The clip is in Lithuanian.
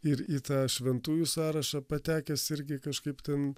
ir į tą šventųjų sąrašą patekęs irgi kažkaip ten